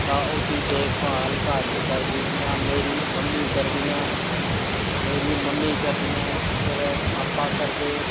तां ओह्दी देख भाल घर च करदी जि'यां मेरी मम्मी करदियां मेरी मम्मी करदियां मेरे भापा करदे